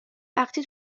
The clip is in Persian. وقتی